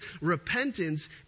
repentance